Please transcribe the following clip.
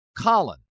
Colin